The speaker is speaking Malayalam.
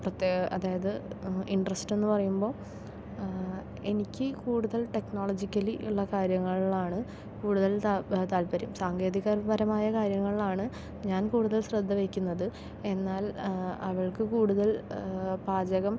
പ്രത്യേക അതായത് ഇൻട്രസ്റ്റ് എന്നു പറയുമ്പോൾ എനിക്ക് കൂടുതൽ ടെക്നോളജിക്കലി ഉള്ള കാര്യങ്ങളിലാണ് കൂടുതൽ താല്പര്യം സാങ്കേതികപരമായ കാര്യങ്ങളിലാണ് ഞാൻ കൂടുതൽ ശ്രദ്ധ വയ്ക്കുന്നത് എന്നാൽ അവൾക്ക് കൂടുതൽ പാചകം